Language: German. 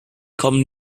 kommen